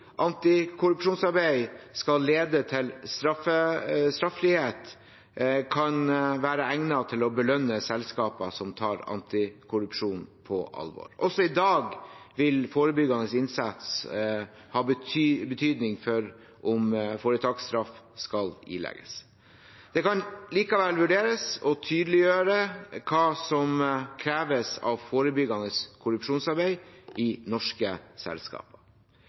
skal lede til straffrihet, kan være egnet til å belønne selskaper som tar anti-korrupsjon på alvor. Også i dag vil forebyggende innsats ha betydning for om foretaksstraff skal ilegges. Det kan likevel vurderes å tydeliggjøre hva som kreves av forebyggende produksjonsarbeid i norske selskaper.